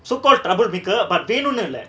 so called troublemaker but they don't know leh